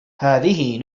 هذه